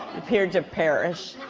appeared to perish.